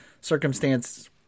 circumstance